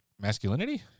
masculinity